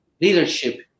leadership